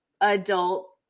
adult